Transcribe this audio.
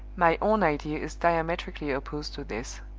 my own idea is diametrically opposed to this.